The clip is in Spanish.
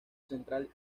central